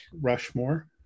Rushmore